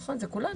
נכון, זה כולנו.